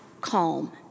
Calm